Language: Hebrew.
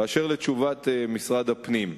אשר לתשובת משרד הפנים,